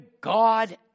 God